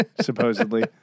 supposedly